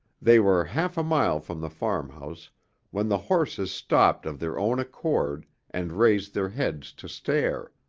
they were half a mile from the farmhouse when the horses stopped of their own accord and raised their heads to stare.